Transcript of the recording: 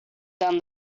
down